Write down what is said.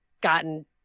gotten